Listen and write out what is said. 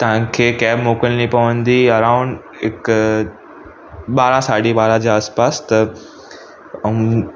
तांखे कैब मोकिलिणी पवंदी अराउंड हिकु ॿारहं साढी ॿारहां जे आसपास त ऐं